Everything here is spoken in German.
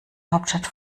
hauptstadt